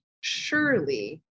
surely